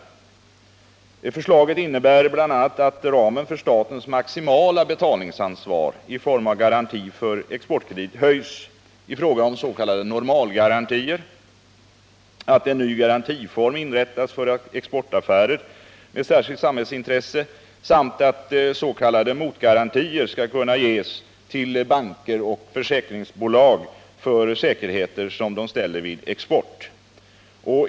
Förslaget innebär bl.a. att ramen för statens maximala betalningsansvar i form av garanti för exportkredit höjs i fråga om s.k. normalgarantier, att en ny garantiform inrättas för exportaffärer med särskilt samhällsintresse samt att s.k. motgarantier skall kunna ges till banker och försäkringsbolag för säkerheter som de ställer vid export.